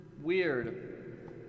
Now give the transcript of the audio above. weird